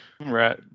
right